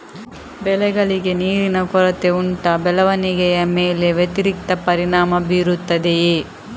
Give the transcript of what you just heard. ಬೆಳೆಗಳಿಗೆ ನೀರಿನ ಕೊರತೆ ಉಂಟಾ ಬೆಳವಣಿಗೆಯ ಮೇಲೆ ವ್ಯತಿರಿಕ್ತ ಪರಿಣಾಮಬೀರುತ್ತದೆಯೇ?